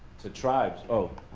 to tribes oh,